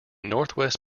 northwest